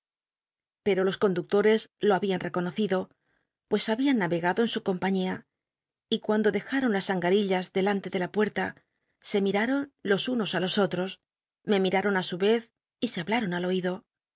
pero jos conductores lo habían reconocido pues habían nayegado en su compañía y cuando dejaron las angarillas delante de la puerta se míi'ai'on los unos á los ollos me miraron á su y ez y se hablaron al oido